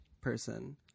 person